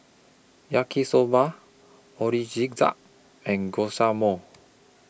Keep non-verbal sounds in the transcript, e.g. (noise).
Yaki Soba (unintelligible) and (unintelligible)